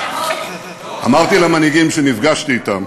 אמרתי למנהיגים, כשנפגשתי אתם,